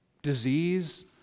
disease